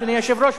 אדוני היושב-ראש,